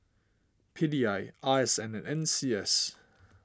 P D I R S N and N C S